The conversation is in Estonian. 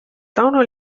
tauno